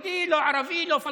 השר אליהו, השר אליהו, לא, לא.